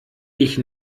ich